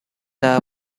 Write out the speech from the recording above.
the